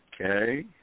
Okay